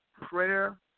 prayer